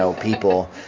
people